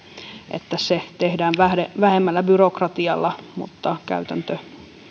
että se tehdään vähemmällä byrokratialla mutta myöskin käytäntö